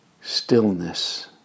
stillness